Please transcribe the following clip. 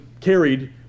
carried